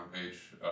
page